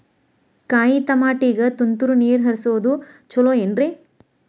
ಕಾಯಿತಮಾಟಿಗ ತುಂತುರ್ ನೇರ್ ಹರಿಸೋದು ಛಲೋ ಏನ್ರಿ?